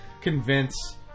convince